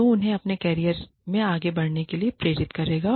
जो उन्हें अपने करियर में आगे बढ़ने के लिए प्रेरित करेगा